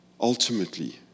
Ultimately